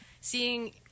seeing